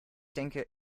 denke